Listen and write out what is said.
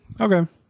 Okay